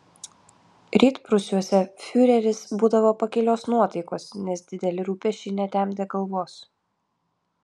rytprūsiuose fiureris būdavo pakilios nuotaikos nes dideli rūpesčiai netemdė galvos